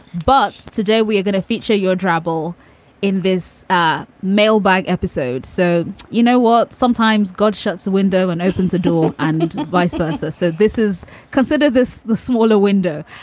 but today we are going to feature your trouble in this ah mailbag episode. so you know what? sometimes god shuts the window and opens a door and vice versa. so this is consider this the smaller window.